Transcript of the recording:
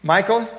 Michael